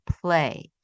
play